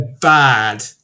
bad